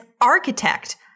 architect